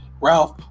Ralph